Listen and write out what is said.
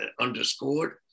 underscored